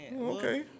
Okay